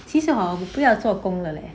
其实 hor 我不要做工了 leh